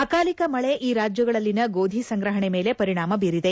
ಅಕಾಲಿಕ ಮಳೆ ಈ ರಾಜ್ಯಗಳಲ್ಲಿನ ಗೋಧಿ ಸಂಗ್ರಹಣೆ ಮೇಲೆ ಪರಿಣಾಮ ಬೀರಿದೆ